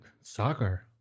Soccer